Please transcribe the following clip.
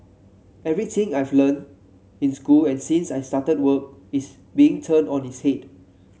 everything I've learnt in school and since I started work is being turned on its head